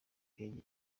ndege